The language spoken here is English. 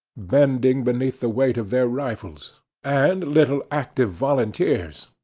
bending beneath the weight of their rifles and little active volunteers,